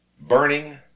burning